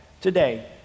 today